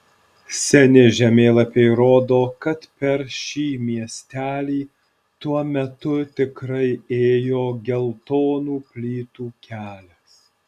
seni žemėlapiai rodo kad per šį miestelį tuo metu tikrai ėjo geltonų plytų kelias